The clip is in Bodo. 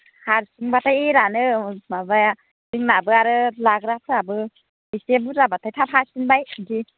हारसिं बाथाय एरानो माबाया जोंनाबो आरो लाग्राफ्राबो एसे बुरजाबाथाय थाब हासिनबाय बिदि